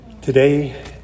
Today